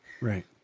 Right